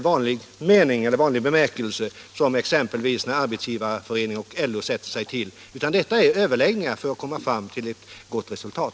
Nej, detta är inte förhandlingar i vanlig bemärkelse, sådana som exempelvis Arbetsgivareföreningen och LO sätter sig ner till, utan det är överläggningar för att komma fram till ett gott resultat.